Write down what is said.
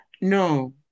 No